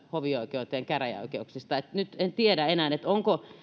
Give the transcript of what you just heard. hovioikeuteen käräjäoikeuksista nyt en tiedä enää onko